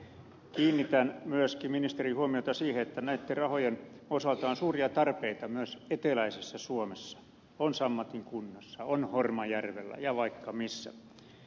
kiinnitän myöskin ministerin huomiota siihen että näitten rahojen osalta on suuria tarpeita myös eteläisessä suomessa on sammatin kunnassa on hormajärvellä ja vaikka missä